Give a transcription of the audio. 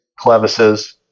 clevises